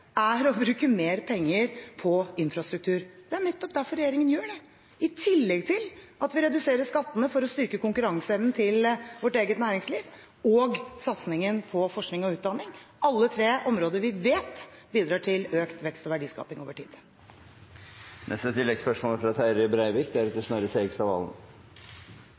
er å bruke mer penger på infrastruktur. Det er nettopp derfor regjeringen gjør det – i tillegg til at vi reduserer skattene for å styrke konkurranseevnen til vårt eget næringsliv og satsingen på forskning og utdanning, alle tre områder vi vet bidrar til økt vekst og verdiskaping over tid.